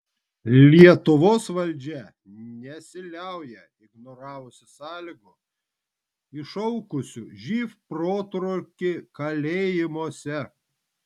lietuvos valdžia nesiliauja ignoravusi sąlygų iššaukusių živ protrūkį kalėjimuose